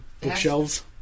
bookshelves